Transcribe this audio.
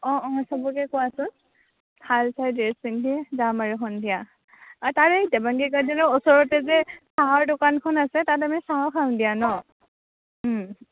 অঁ অঁ চবকে কোৱাচোন ভাল চাই ড্ৰেছ পিন্ধি যাম আৰু সন্ধিয়া আৰু তাৰে এই দেবাংগী গাৰ্ডেনৰ ওচৰত যে চাহৰ দোকানখন আছে তাত আমি চাহো খাম দিয়া ন